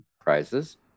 prizes